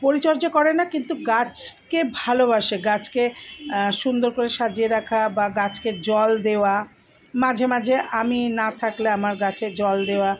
পরিচর্যা করে না কিন্তু গাছকে ভালবাসে গাছকে সুন্দর করে সাজিয়ে রাখা বা গাছকে জল দেওয়া মাঝে মাঝে আমি না থাকলে আমার গাছে জল দেওয়া